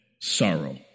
sorrow